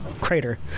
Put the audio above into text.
crater